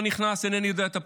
לא נכנס, איני יודע את הפרטים.